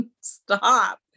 Stop